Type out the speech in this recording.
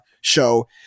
show